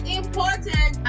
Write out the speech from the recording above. important